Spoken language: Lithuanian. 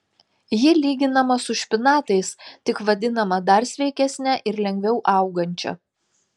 ji lyginama su špinatais tik vadinama dar sveikesne ir lengviau augančia